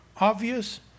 obvious